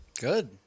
good